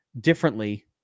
differently